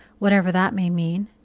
whatever that may mean.